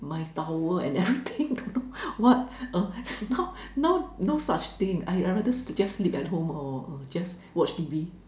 my towel and everything don't know what uh now now no such thing I I rather to just sleep at home or uh just watch T_V